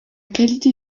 qualité